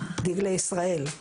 דגלי ישראל.